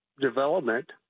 development